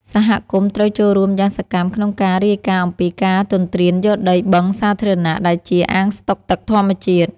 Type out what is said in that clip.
សហគមន៍ត្រូវចូលរួមយ៉ាងសកម្មក្នុងការរាយការណ៍អំពីការទន្ទ្រានយកដីបឹងសាធារណៈដែលជាអាងស្តុកទឹកធម្មជាតិ។